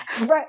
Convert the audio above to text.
Right